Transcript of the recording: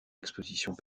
expositions